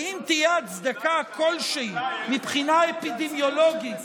ואם תהיה הצדקה כלשהי מבחינה אפידמיולוגית